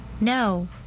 No